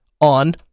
on